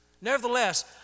nevertheless